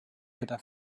gyda